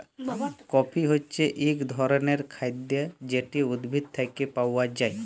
coffee হছে ইক রকমের খাইদ্য যেট উদ্ভিদ থ্যাইকে পাউয়া যায়